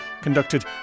conducted